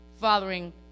Following